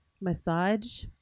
massage